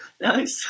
Nice